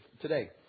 today